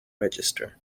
register